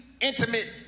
intimate